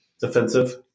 defensive